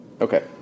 Okay